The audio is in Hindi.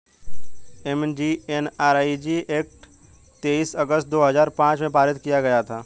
एम.जी.एन.आर.इ.जी एक्ट तेईस अगस्त दो हजार पांच में पारित किया गया था